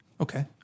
Okay